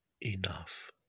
enough